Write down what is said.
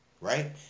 right